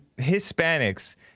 Hispanics